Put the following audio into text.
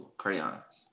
crayons